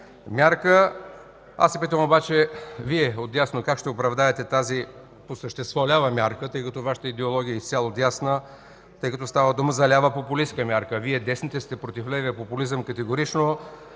мярка. Аз се питам обаче: Вие от дясно как ще оправдаете тази по същество лява мярка, тъй като Вашата идеология е изцяло дясна, а става дума за лява популистка мярка? А Вие, десните, сте против левия популизъм категорично.